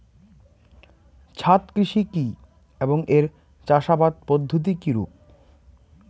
ছাদ কৃষি কী এবং এর চাষাবাদ পদ্ধতি কিরূপ?